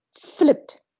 flipped